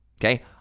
Okay